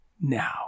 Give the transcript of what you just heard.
now